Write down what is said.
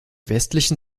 westlichen